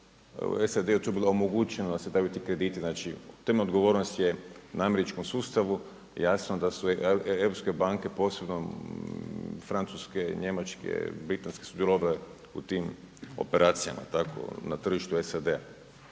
SAD-u je to bilo omogućeno da se daju ti krediti, znači temeljna odgovornost je na američkom sustavu. Jasno da su europske banke posebno francuske, njemačke, britanske su bile obje u tim operacijama tako na tržištu SAD-a.